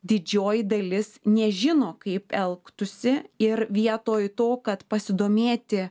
didžioji dalis nežino kaip elgtųsi ir vietoj to kad pasidomėti